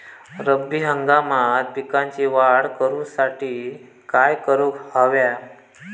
रब्बी हंगामात पिकांची वाढ करूसाठी काय करून हव्या?